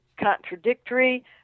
contradictory